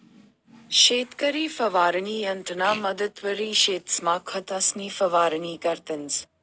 शेतकरी फवारणी यंत्रना मदतवरी शेतसमा खतंसनी फवारणी करतंस